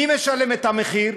מי משלם את המחיר?